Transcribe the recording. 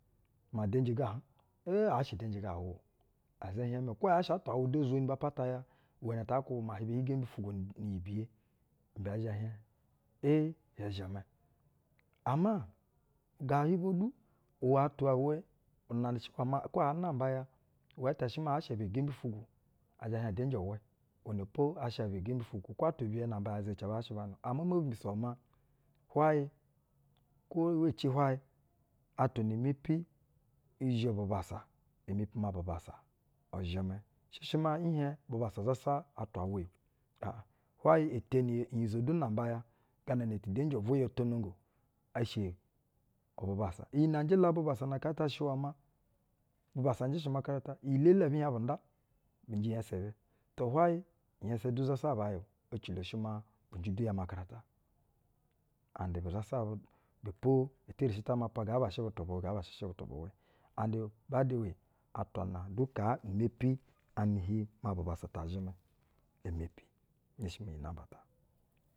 Maa udenji ga hƞ, ee, yaa shɛ udenji ga awo, a za hiɛƞmɛ o, kwo yaa shɛ atwa-awɛ de zweni pata ya, iwɛnɛ ta akwubɛ maa ahiɛba hi gembi-ufwugwo ni, ni-iyi biye. Ibɛ ɛɛ zhɛ hieƞ ee hiɛ zhɛmɛ. Ama, ga hiɛba du uwɛ atwa awɛ una shɛ iwɛ maa kwo aa namba ya, iwɛ tɛ shɛ maa yaa shɛ aba gembi ufwugwo ɛ zhɛ hieƞ udenji uwɛ. Iwɛnɛ po a sha aba gembi ufwugwo. Kwo atwa biye namba ya izeci aba zha shɛ banɛ. Ama mo mbiso iwɛ maa, hwayɛ, kwo wa ci hwayɛ atwa na mepi uzhɛ bubassa e mepi maa bubassa uzhɛmɛ. Shɛ shɛ maa nhieƞ bubassa zasa atwa awɛ o a’a- hwayɛ e teni unyizo du namba ya gana na tu udenji vwɛ yo tonongo. Eshe bubassa, iyi nɛ njɛ la bubassa njɛ shɛ umakarata. Iyi elele abɛ hieƞbu nda, bɛ njɛ njɛsɛ ibɛ. To, hwayɛ, nyɛsɛ du zas aba ya o. Ecilo shɛ maa bɛ njɛ du umakarata. Andɛ bu zasa, ibɛ po iti eri shi ta mapa ga aba shɛ vutu bu wɛ ga aba shɛ shɛ butu bu wɛɛ. Andɛ, bayɛ de we atwa na du i mepi ani hiƞ maa bubassa ta zhɛmɛ e mepi. Nhenshi maa iyi namba ta.